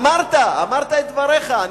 אמרת, אמרת את דבריך.